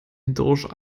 hindurch